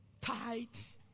tight